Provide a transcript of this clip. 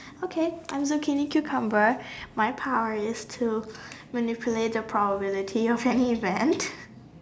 okay I'm looking into cucumber my power is to manipulate the power probability of uneven